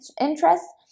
interests